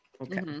Okay